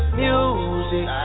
music